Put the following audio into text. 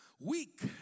weak